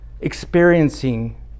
experiencing